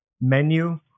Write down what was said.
menu